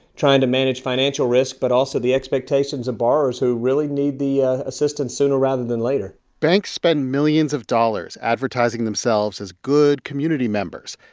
trying to manage financial risk but also the expectations of borrowers who really need the ah assistance sooner rather than later banks spend millions of dollars advertising themselves as good community members.